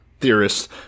Theorists